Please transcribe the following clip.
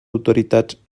autoritats